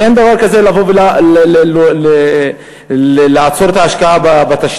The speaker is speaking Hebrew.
ואין דבר כזה לעצור את ההשקעה בתשתיות,